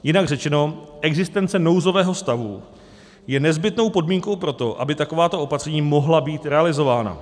Jinak řečeno, existence nouzového stavu je nezbytnou podmínkou pro to, aby takováto opatření mohla být realizována.